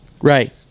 Right